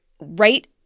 right